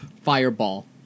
Fireball